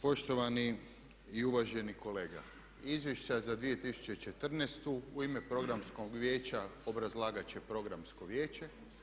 Poštovani i uvaženi kolega, izvješća za 2014. u ime Programskog vijeća obrazlagat će Programsko vijeće.